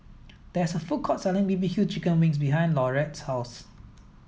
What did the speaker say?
there is a food court selling B B Q chicken wings behind Laurette's house